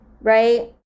right